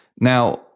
Now